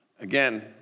Again